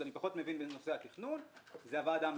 פחות מבין בנושא התכנון הוא הוועדה המרחבית,